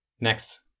Next